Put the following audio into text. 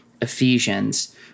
Ephesians